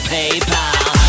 PayPal